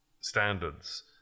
standards